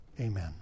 Amen